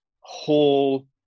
whole